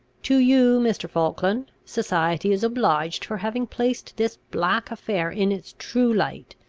to you, mr. falkland, society is obliged for having placed this black affair in its true light.